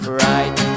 right